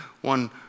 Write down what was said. one